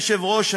אדוני היושב-ראש,